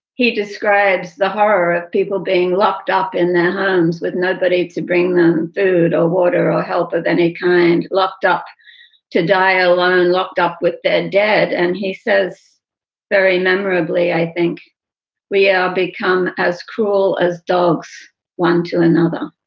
he describes the horror of people being locked up in their homes with nobody to bring them food or water or health of any kind. locked up to die alone and locked up with their dead. and he says very memorably, i think we ah have become as cruel as dogs one to another